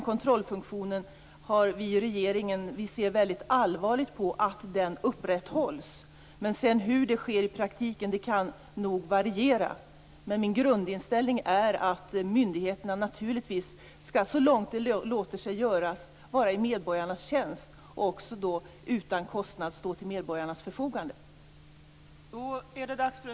Vi i regeringen ser väldigt allvarligt på att denna kontrollfunktion upprätthålls. Hur det sedan sker i praktiken kan nog variera, men min grundinställning är att myndigheterna, så långt det låter sig göras, skall vara i medborgarnas tjänst och också utan kostnad skall stå till deras förfogande.